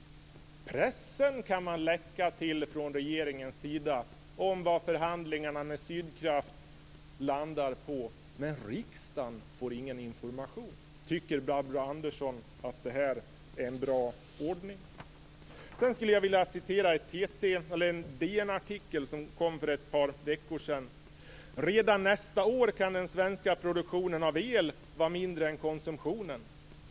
Pressen kan man läcka till från regeringens sida om vad förhandlingarna med Sydkraft landar på. Men riksdagen får ingen information. Tycker Barbro Andersson Öhrn att det är en bra ordning? Jag skulle vilja citera ur en DN-artikel för ett par veckor sedan: "Redan nästa år kan den svenska produktionen av el vara mindre än konsumtionen.